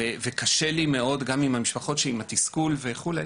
וקשה לי מאוד גם עם התסכול של המשפחות וכולה,